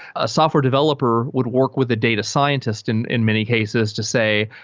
a software developer would work with the data scientist in in many cases to say,